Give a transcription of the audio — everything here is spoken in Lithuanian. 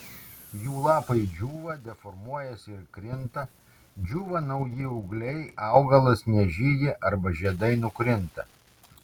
jų lapai džiūva deformuojasi ir krinta džiūva nauji ūgliai augalas nežydi arba žiedai nukrinta